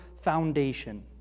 foundation